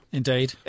indeed